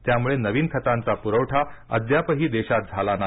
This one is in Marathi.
त्यामुळे नवीन खतांचा पुरवठा अद्यापही देशात झाला नाही